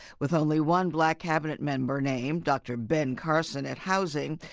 with only one black cabinet member named, dr. ben carson at housing,